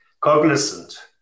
cognizant